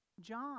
John